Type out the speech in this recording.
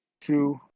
two